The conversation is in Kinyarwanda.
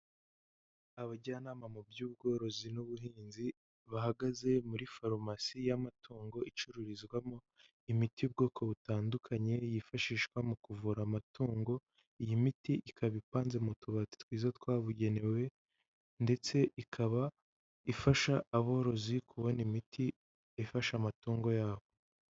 Abajyanama mu by'ubworozi n'ubuhinzi bahagaze muri farumasi y'amatungo icururizwamo imiti y'ubwoko butandukanye, yifashishwa mu kuvura amatungo, iyi miti ikaba ipanze mu tubati twiza twabugenewe ndetse ikaba ifasha aborozi kubona imiti ifasha amatungo yabo.